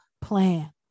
plan